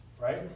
right